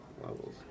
Levels